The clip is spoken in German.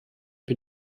bin